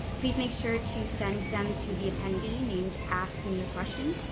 please make sure to send them to the attendee named ask me a question.